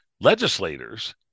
legislators